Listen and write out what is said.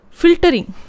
filtering